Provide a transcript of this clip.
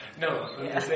No